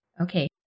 Okay